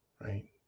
Right